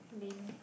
lame